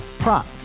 Prop